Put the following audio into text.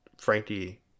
Frankie